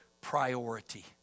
priority